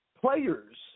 players